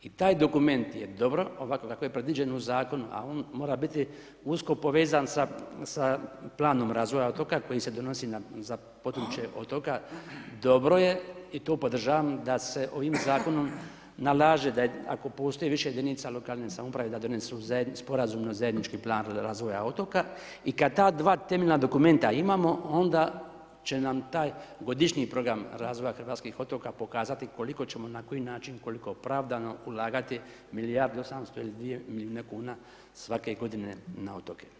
I taj dokument je dobro, ovako kao je predviđen u zakonu, a on mora biti usko povezan sa planom razvoja otoka, koji se donosi za područje otoka dobro je i to podržavam da se ovim zakonom nalaže, ako postoji više jedinica lokalne samouprave da donesu sporazumno zajednički plan razvoja otoka i kada ta dva temeljna dokumenta imamo, onda će nam taj godišnji program razvoja hrvatskih otoka pokazati koliko ćemo, na koji način, koliko pravdano ulagati milijardu 800 i 2 milijuna kn svake godine na otoke.